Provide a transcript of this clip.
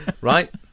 right